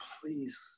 please